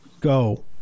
Go